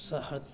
सहत